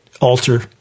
alter